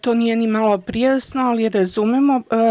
To nije ni malo prijatno, ali razumemo.